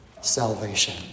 salvation